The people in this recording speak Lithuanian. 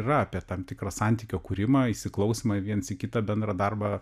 yra apie tam tikrą santykio kūrimą įsiklausymą viens į kitą bendrą darbą